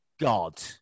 God